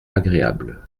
agréable